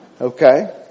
Okay